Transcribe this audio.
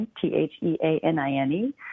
T-H-E-A-N-I-N-E